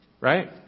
Right